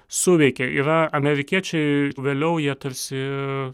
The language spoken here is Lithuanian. suveikė yra amerikiečiai vėliau jie tarsi